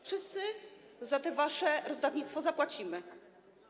Wszyscy za to wasze rozdawnictwo zapłacimy.